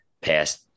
past